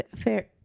fair